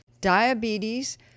diabetes